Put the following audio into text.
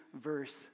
verse